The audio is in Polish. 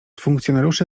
funkcjonariuszy